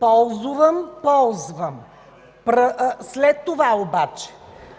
„ползувам – ползвам”. След това обаче